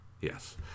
yes